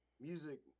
music